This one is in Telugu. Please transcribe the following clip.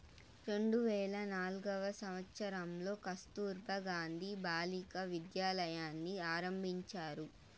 రెండు వేల నాల్గవ సంవచ్చరంలో కస్తుర్బా గాంధీ బాలికా విద్యాలయని ఆరంభించారు